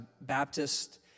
Baptist